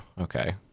Okay